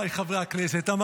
אני